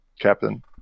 captain